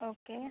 okay